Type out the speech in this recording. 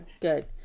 good